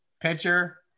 Pitcher